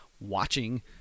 watching